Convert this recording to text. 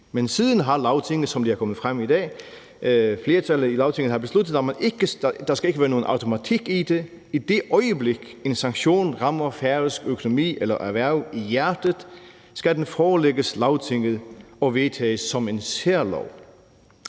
er kommet frem i dag, besluttet, at der ikke skal være nogen automatik i det. I det øjeblik en sanktion rammer færøsk økonomi eller erhverv i hjertet, skal den forelægges Lagtinget og vedtages som en særlov.